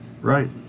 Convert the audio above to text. Right